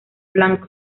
blanco